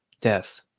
death